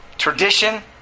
Tradition